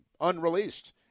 unreleased